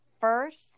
first